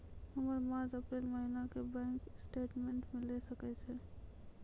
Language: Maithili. हमर मार्च अप्रैल महीना के बैंक स्टेटमेंट मिले सकय छै?